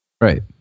right